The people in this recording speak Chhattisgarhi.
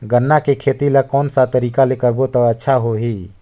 गन्ना के खेती ला कोन सा तरीका ले करबो त अच्छा होही?